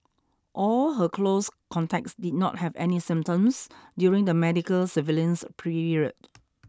all her close contacts did not have any symptoms during the medical surveillance period